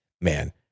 man